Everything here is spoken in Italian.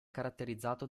caratterizzato